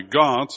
God